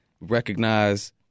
recognize